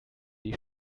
die